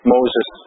Moses